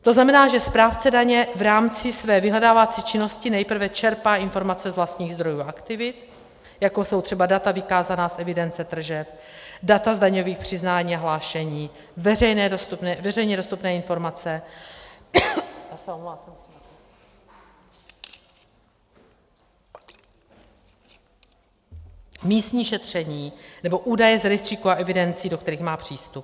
To znamená, že správce daně v rámci své vyhledávací činnosti nejprve čerpá informace z vlastních zdrojů a aktivit, jako jsou třeba data vykázaná z evidence tržeb, data z daňových přiznání a hlášení, veřejně dostupné informace, místní šetření nebo údaje z rejstříků a evidencí, do kterých má přístup.